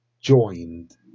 joined